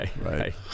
right